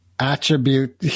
Attribute